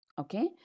Okay